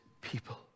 people